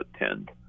attend